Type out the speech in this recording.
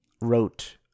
wrote